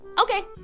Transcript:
okay